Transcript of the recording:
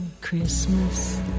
Christmas